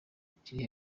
kiri